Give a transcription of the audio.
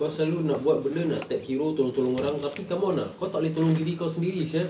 kau selalu nak buat benda nak step hero tolong-tolong orang tapi come on ah kau tak boleh tolong diri kau sendiri siak